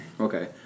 Okay